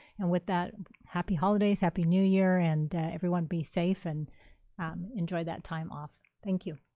and with that, happy holidays, happy new year and everyone be safe and enjoy that time off. thank you.